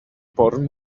porn